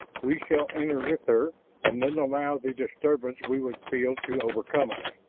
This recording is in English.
we shall enter with her and then allow the disturbance we would feel to overcome us.